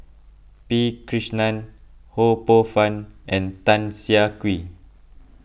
P Krishnan Ho Poh Fun and Tan Siah Kwee